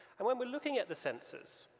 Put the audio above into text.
and when we're looking at the sensors,